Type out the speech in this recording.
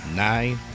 nine